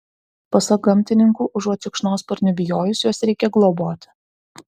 pasak gamtininkų užuot šikšnosparnių bijojus juos reikia globoti